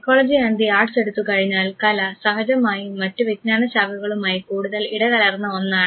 psychology and the arts എടുത്തു കഴിഞ്ഞാൽ കല സഹജമായും മറ്റ് വിജ്ഞാന ശാഖകളുമായി കൂടുതൽ ഇടകലർന്ന ഒന്നാണ്